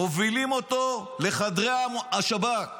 ומובילים אותו לחדרי השב"כ.